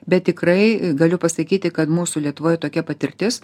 bet tikrai galiu pasakyti kad mūsų lietuvoj tokia patirtis